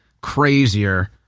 crazier